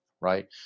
right